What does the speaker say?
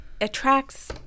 attracts